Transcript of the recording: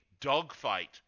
dogfight